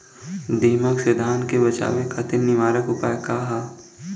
दिमक से धान के बचावे खातिर निवारक उपाय का ह?